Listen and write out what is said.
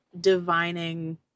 divining